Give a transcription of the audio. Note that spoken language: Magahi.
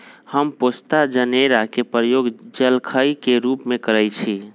हम पोस्ता जनेरा के प्रयोग जलखइ के रूप में करइछि